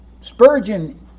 Spurgeon